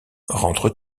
rentre